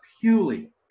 purely